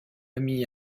ami